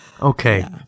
Okay